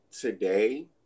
today